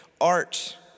art